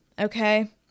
okay